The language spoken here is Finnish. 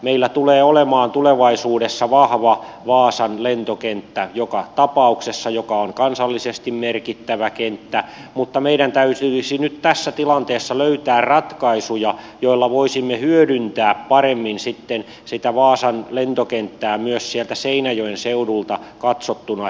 meillä tulee olemaan tulevaisuudessa vahva vaasan lentokenttä joka tapauksessa joka on kansallisesti merkittävä kenttä mutta meidän täytyisi nyt tässä tilanteessa löytää ratkaisuja joilla voisimme hyödyntää paremmin sitten sitä vaasan lentokenttää myös sieltä seinäjoen seudulta katsottuna